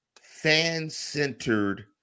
fan-centered